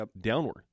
downward